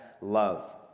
love